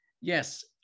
Yes